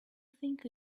think